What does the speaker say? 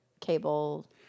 cable